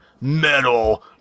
metal